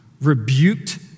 rebuked